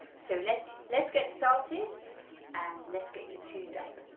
so let's let's get started and let's get you tuned up